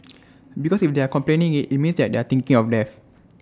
because if they are complaining IT it means they are thinking of death